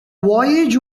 voyage